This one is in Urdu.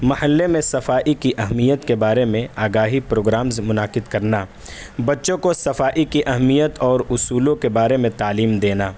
محلے میں صفائی کی اہمیت کے بارے میں آگاہی پروگرامز منعقد کرنا بچوں کو صفائی کی اہمیت اور اصولوں کے بارے میں تعلیم دینا